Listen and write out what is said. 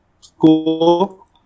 School